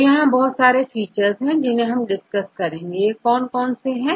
तो यहां पर बहुत सारे फीचर्स है जो हमने डिस्कस किए यह कौन कौन से हैं